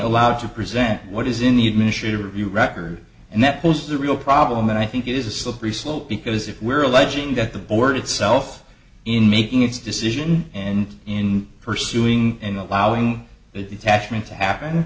allowed to present what is in the administrative review record and that was the real problem and i think it is a slippery slope because if we're alleging that the board itself in making its decision and in pursuing and allowing the attachment to happen